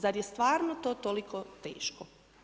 Zar je stvarno to toliko teško?